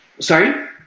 Sorry